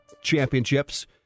championships